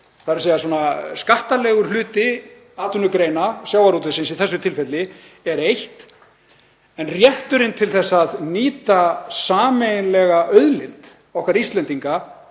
þurfi að vera skýrt. Skattalegur hluti atvinnugreina, sjávarútvegsins í þessu tilfelli, er eitt, en rétturinn til að nýta sameiginlega auðlind okkar Íslendinga